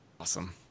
Awesome